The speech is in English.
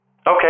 Okay